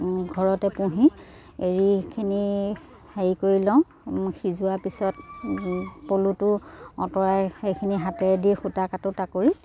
ঘৰতে পুহি এৰিখিনি হেৰি কৰি লওঁ সিজোৱা পিছত পলুটো আঁতৰাই সেইখিনি হাতেৰেদি সূতা কাটো টাকুৰীত